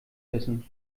wissen